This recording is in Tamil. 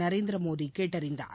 நரேந்திரமோடி கேட்டறிந்தார்